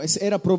era